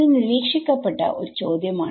ഇത് നിരീക്ഷിക്കപ്പെട്ട ചോദ്യമാണ്